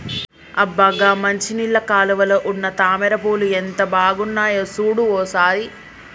అబ్బ గా మంచినీళ్ళ కాలువలో ఉన్న తామర పూలు ఎంత బాగున్నాయో సూడు ఓ సారి